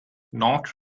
not